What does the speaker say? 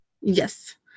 Yes